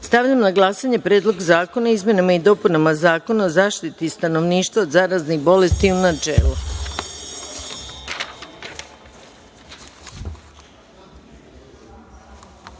izborima. Stavljam na glasanje Predlog zakona o izmenama i dopunama Zakona o zaštiti stanovništva od zaraznih bolesti, u